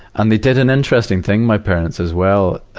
and they did an interesting thing, my parents, as well.